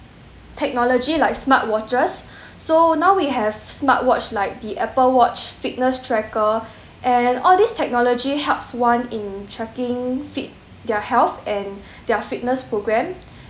technology like smart watches so now we have smart watch like the apple watch fitness tracker and all these technology helps one in checking fit their health and their fitness program